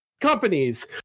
companies